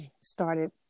started